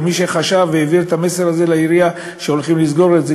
או מי שחשב והעביר לעירייה את המסר הזה שהולכים לסגור את זה,